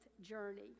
journey